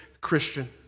Christian